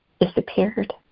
disappeared